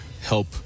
help